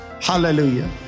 Hallelujah